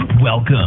Welcome